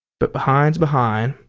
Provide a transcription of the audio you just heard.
but behind's behind.